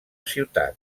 ciutat